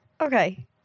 Okay